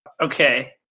Okay